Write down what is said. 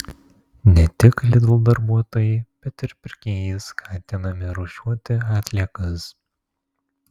ne tik lidl darbuotojai bet ir pirkėjai skatinami rūšiuoti atliekas